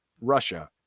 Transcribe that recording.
Russia